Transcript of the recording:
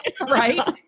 Right